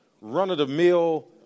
run-of-the-mill